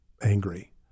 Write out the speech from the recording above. angry